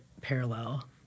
parallel